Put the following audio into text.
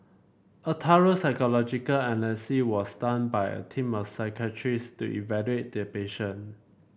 a thorough psychological analysis was done by a team of psychiatrist to evaluate the patient